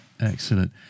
excellent